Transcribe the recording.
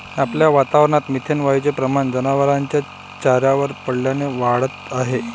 आपल्या वातावरणात मिथेन वायूचे प्रमाण जनावरांच्या चाऱ्यावर पडल्याने वाढत आहे